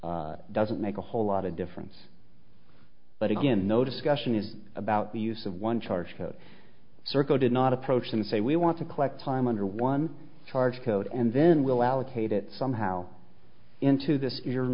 codes doesn't make a whole lot of difference but again no discussion is about the use of one charge serco did not approach and say we want to collect time under one charge code and then we'll allocate it somehow into this